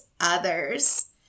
others